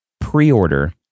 pre-order